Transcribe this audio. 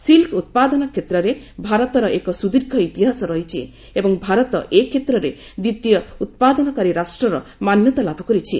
silk ଉତ୍ପାଦନ କ୍ଷେତ୍ରରେ ଭାରତର ଏକ ସୁଦୀର୍ଘ ଇତିହାସ ରହିଛି ଏବଂ ଭାରତ ଏ କ୍ଷେତ୍ରରେ ଦ୍ଧିତୀୟ ଉତ୍ପାଦନକାରୀ ରାଷ୍ଟ୍ରର ମାନ୍ୟତାଲାଭ କରିଛି